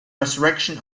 resurrection